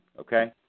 okay